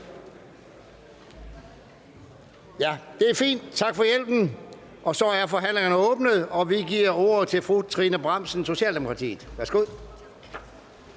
Det er fint, tak for hjælpen. Så er forhandlingerne åbnet, og vi giver ordet til fru Trine Bramsen, Socialdemokratiet. Værsgo.